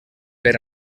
per